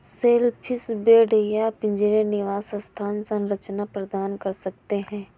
shellfish bed या पिंजरे निवास स्थान संरचना प्रदान कर सकते हैं